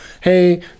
hey